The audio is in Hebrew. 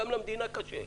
גם למדינה קשה.